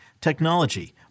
technology